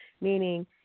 meaning